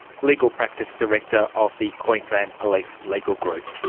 legal practice director of the queensland police legal group